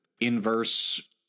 inverse